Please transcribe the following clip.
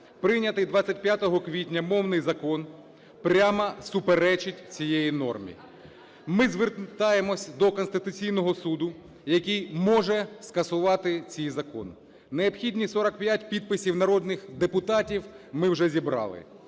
Прийнятий 25 квітня мовний закон прямо суперечить цій нормі. Ми звертаємося до Конституційного Суду, який може скасувати цей закон, необхідних 45 підписів народних депутатів ми вже зібрали.